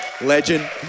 legend